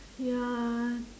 ya